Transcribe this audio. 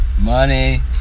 Money